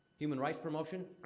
human rights promotion?